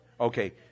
Okay